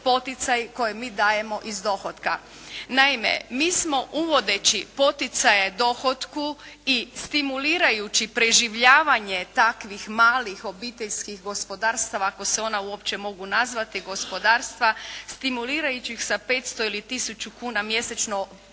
poticaj koji mi dajemo iz dohotka. Naime, mi smo uvodeći poticaje dohotku i stimulirajući preživljavanje takvih malih obiteljskih gospodarstava, ako se ona uopće mogu nazvati gospodarstva, stimulirajući ih sa 500 ili tisuću kuna mjesečno